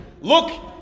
Look